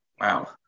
Wow